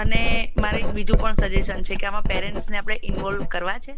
અને મારું એક બીજું પણ સજેશન છે કે આમાં પેરેન્ટ્સને આપણે ઇનવોલ્વ કરવા છે